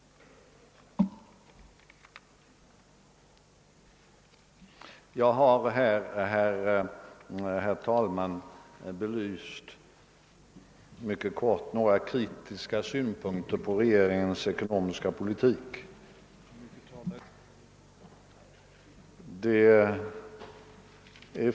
Jag har här anfört några kritiska synpunkter på regeringens ekonomiska politik.